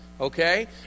Okay